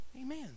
amen